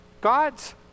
God's